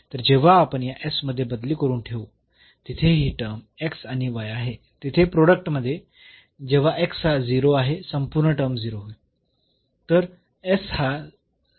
तर जेव्हा आपण या मध्ये बदली करून ठेवू तिथे ही टर्म आणि आहे येथे प्रोडक्ट मध्ये जेव्हा हा 0 आहे संपूर्ण टर्म 0 होईल